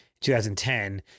2010-